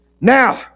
Now